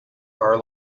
are